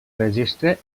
registre